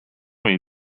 est